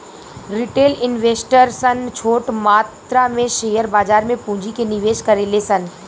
retail investor सन छोट मात्रा में शेयर बाजार में पूंजी के निवेश करेले सन